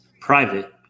private